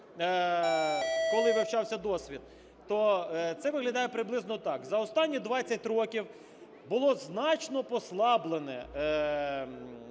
коли вивчався досвід, то це виглядає приблизно так. За останні 20 років була значно послаблена